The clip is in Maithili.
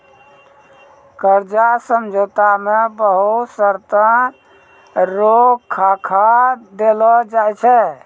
कर्जा समझौता मे बहुत शर्तो रो खाका देलो जाय छै